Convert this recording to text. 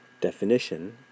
definition